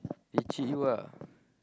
they cheat you ah